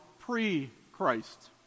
pre-Christ